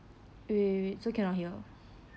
wait wait wait so cannot hear